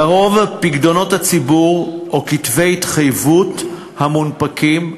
לרוב פיקדונות של הציבור או כתבי התחייבות המונפקים לציבור.